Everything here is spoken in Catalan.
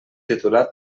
titular